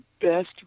best